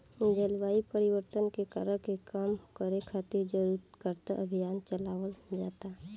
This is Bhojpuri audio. जलवायु परिवर्तन के कारक के कम करे खातिर जारुकता अभियान चलावल जाता